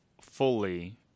fully